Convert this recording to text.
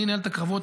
אני אנהל את הקרבות,